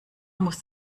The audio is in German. muss